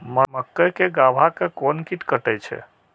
मक्के के गाभा के कोन कीट कटे छे?